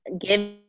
Give